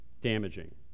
damaging